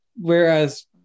Whereas